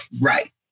right